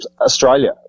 Australia